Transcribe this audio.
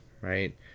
right